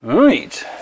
right